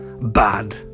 bad